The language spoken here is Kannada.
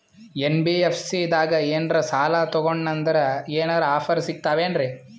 ಎನ್.ಬಿ.ಎಫ್.ಸಿ ದಾಗ ಏನ್ರ ಸಾಲ ತೊಗೊಂಡ್ನಂದರ ಏನರ ಆಫರ್ ಸಿಗ್ತಾವೇನ್ರಿ?